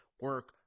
Work